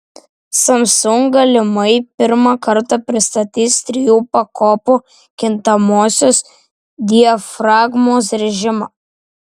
samsung galimai pirmą kartą pristatys trijų pakopų kintamosios diafragmos rėžimą